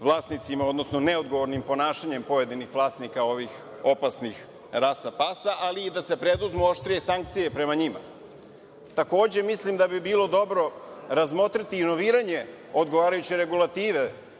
odnosno neodgovornim ponašanjem pojedinih vlasnika ovih opasnih rasa pasa, ali i da se preduzmu oštrije sankcije prema njima. Takođe, mislim da bi bilo dobro razmotriti inoviranje odgovarajuće regulative,